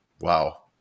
wow